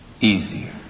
easier